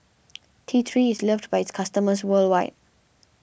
T three is loved by its customers worldwide